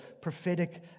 prophetic